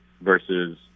versus